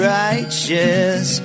righteous